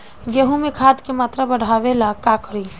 गेहूं में खाद के मात्रा बढ़ावेला का करी?